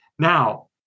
Now